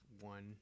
One